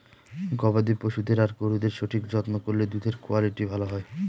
গবাদি পশুদের আর গরুদের সঠিক যত্ন করলে দুধের কুয়ালিটি ভালো হয়